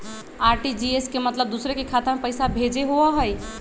RTGS के मतलब दूसरे के खाता में पईसा भेजे होअ हई?